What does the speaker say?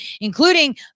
including